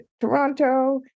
Toronto